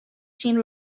syn